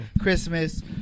Christmas